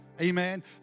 Amen